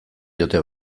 diote